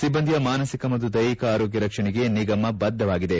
ಸಿಬ್ಲಂದಿಯ ಮಾನಸಿಕ ಮತ್ತು ದ್ನೆಹಿಕ ಆರೋಗ್ಯ ರಕ್ಷಣೆಗೆ ನಿಗಮ ಬಧ್ರವಾಗಿದೆ